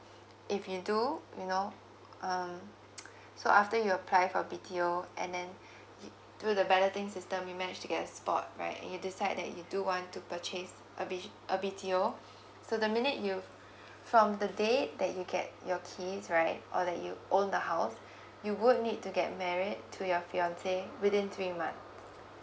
if you do you know um so after you apply for B_T_O and then we do the balloting system you manage to get a spot right you decide that you do want to purchase a b~ a B_T_O so the minute you from the date that you get your keys right or that you own the house you would need to get married to your fiancé within three month